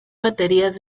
baterías